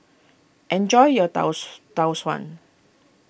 enjoy your Tau Tau Suan